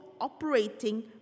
operating